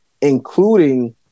including